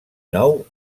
nou